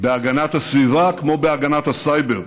בהגנת הסביבה, כמו בהגנת סייבר,